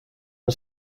and